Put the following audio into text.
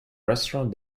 restaurant